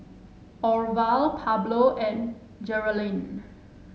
Orval Pablo and Geralyn